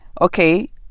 okay